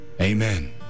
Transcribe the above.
amen